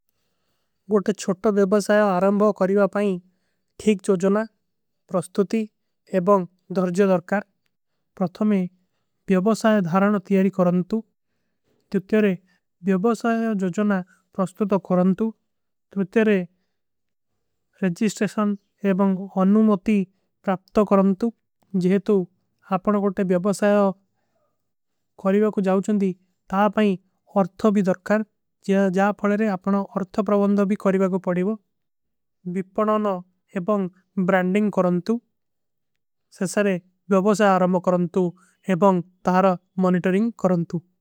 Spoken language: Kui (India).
ଗୋତେ ଛଟୋ ଵ୍ଯାଖ୍ଯାନ ଅରଂବା କରୀଵା ପାଈଂ ଠୀକ ଜୋଜନା, ପ୍ରସ୍ତୁତି ଏବଂଗ ଧର୍ଜଯ ଦର୍କାର। ପ୍ରତମେ ଵ୍ଯାଖ୍ଯାନ ଧର୍ଜଯ କରନ୍ତୁ। ଦ୍ଵିତୀଯ ଵ୍ଯଵସାଯ କରନ୍ତୁ। ତୃତୀଯ ରେଜିସ୍ଟ୍ରୈଶନ କରନ୍ତୁ। ଅପନା ବ୍ରାଂଡିଂଗ କରନ୍ତୁ। ମୋନିଟୋରୀନଂଗ କରନ୍ତୁ।